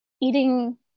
eating